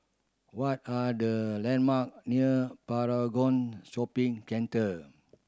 what are the landmark near Paragon Shopping Center